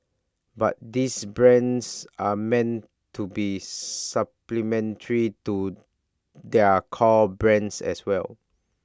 but these brands are meant to be supplementary to their core brands as well